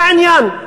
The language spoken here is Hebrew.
זה העניין.